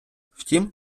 втім